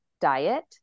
diet